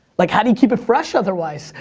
like, how do you keep it fresh otherwise,